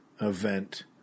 event